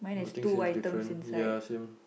I think same different ya same